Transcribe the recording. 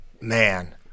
Man